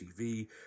TV